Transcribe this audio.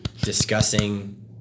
discussing